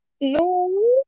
No